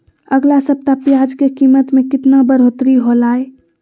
अगला सप्ताह प्याज के कीमत में कितना बढ़ोतरी होलाय?